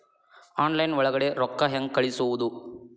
Online ಒಳಗಡೆ ರೊಕ್ಕ ಹೆಂಗ್ ಕಳುಹಿಸುವುದು?